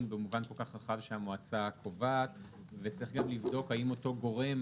במובן כל כך רחב שהמועצה קובעת וצריך גם לבדוק האם אותו גורם,